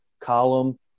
column